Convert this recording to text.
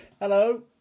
Hello